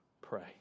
pray